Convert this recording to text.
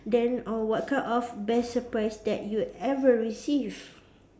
then uh what kind of best surprise that you ever received